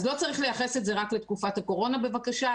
אז לא צריך לייחס את זה רק לתקופת הקורונה, בבקשה.